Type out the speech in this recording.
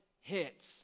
hits